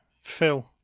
phil